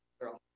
girl